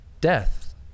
Death